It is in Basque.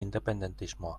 independentismoa